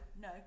no